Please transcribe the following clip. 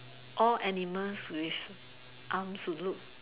all animals with arms who look